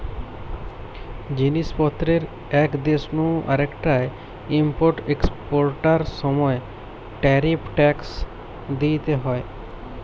জিনিস পত্রের এক দেশ নু আরেকটায় ইম্পোর্ট এক্সপোর্টার সময় ট্যারিফ ট্যাক্স দিইতে হয়